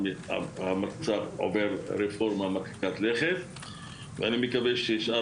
המצב עובר רפורמה מרחיקת לכת ואני מקווה ששאר